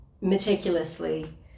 meticulously